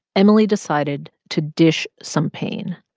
emily decided to dish some pain.